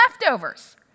leftovers